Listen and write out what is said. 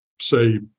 say